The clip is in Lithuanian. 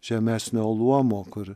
žemesnio luomo kur